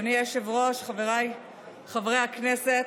אדוני היושב-ראש, חבריי חברי הכנסת,